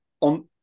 on